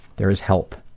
there is help,